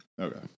Okay